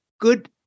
good